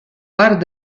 part